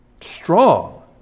Strong